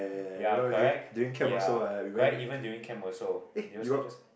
ya correct ya correct even during camp also they also just